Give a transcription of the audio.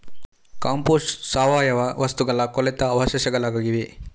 compost ಸಾವಯವ ವಸ್ತುಗಳ ಕೊಳೆತ ಅವಶೇಷಗಳಾಗಿವೆ